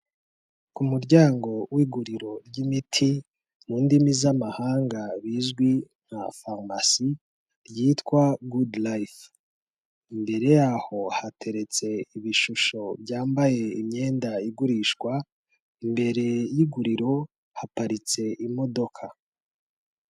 Ku muryango w'iguriro ry'imiti mu ndimi z'amahanga bizwi nka farumasi ryitwa Goodlife, imbere yaho hateretse ibishusho byambaye imyenda igurishwa, imbere y'iguriro haparitse imodoka.